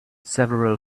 several